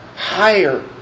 Higher